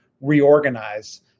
reorganize